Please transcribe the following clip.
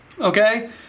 Okay